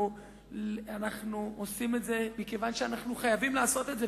אנחנו עושים את זה מכיוון שאנחנו חייבים לעשות את זה.